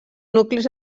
nuclis